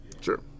Sure